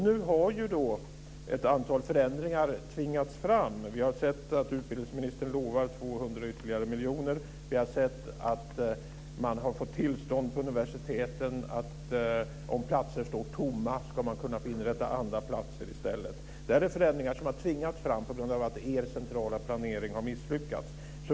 Nu har ett antal förändringar tvingats fram. Vi har sett att utbildningsministern lovar ytterligare 200 miljoner. Vi har sett att man på universiteten har fått tillstånd att inrätta andra platser om platser står tomma. Det är förändringar som har tvingats fram på grund av att Socialdemokraternas centrala planering har misslyckats.